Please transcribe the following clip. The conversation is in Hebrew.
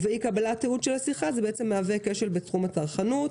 ובאי קבלת תיעוד של השיחה זה בעצם מהווה כשל בתחום הצרכנות.